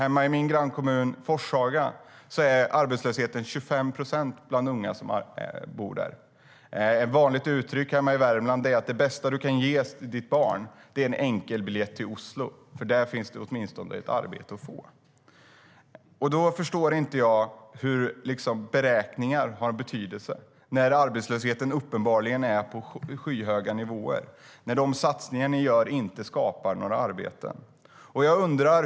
I min grannkommun Forshaga är arbetslösheten 25 procent bland unga. Ett vanligt uttryck hemma i Värmland är att det bästa du kan ge ditt barn är en enkelbiljett till Oslo, för där finns det åtminstone arbete att tillgå. Jag förstår inte hur beräkningar har betydelse när arbetslösheten uppenbarligen är på skyhöga nivåer och de satsningar ni gör inte skapar några arbeten.